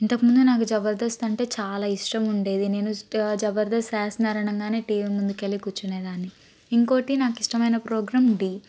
ఇంతకుముందు నాకు జబర్దస్త్ అంటే చాలా ఇష్టం ఉండేది నేను జబర్దస్త్ వేస్తున్నారు అనగానే టీవీ ముందుకెళ్ళి కూర్చునేదాన్ని ఇంకోటి నాకు ఇష్టమైన ప్రోగ్రాం ఢీ